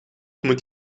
moet